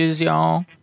y'all